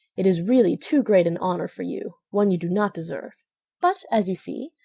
it is really too great an honor for you, one you do not deserve but, as you see,